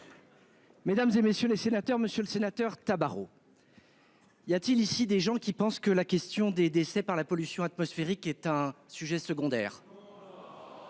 Mesdames, et messieurs les sénateurs, Monsieur le Sénateur Tabarot. Y a-t-il ici des gens qui pensent que la question des décès par la pollution atmosphérique est un sujet secondaire.